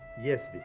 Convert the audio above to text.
yes, but